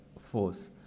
force